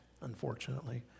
unfortunately